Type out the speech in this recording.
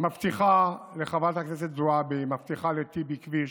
מבטיחה לחברת הכנסת זועבי, היא מבטיחה לטיבי כביש,